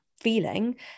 feeling